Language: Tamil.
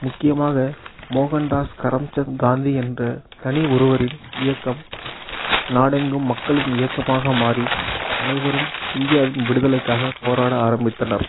முக்கியமாக மோகன்தாஸ் கரம்சந்த் காந்தி என்ற தனி ஒருவரின் இயக்கம் நாடெங்கும் மக்களின் இயக்கமாக மாறி அனைவரும் இந்தியாவின் விடுதலைக்காக போராட ஆரம்பித்தனர்